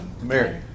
Mary